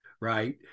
right